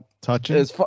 touching